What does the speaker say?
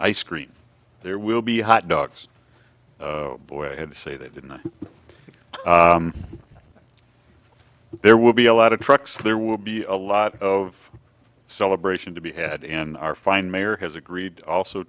ice cream there will be hot dogs boy i have to say that in there will be a lot of trucks there will be a lot of celebration to be had in our fine mayor has agreed also